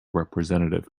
representative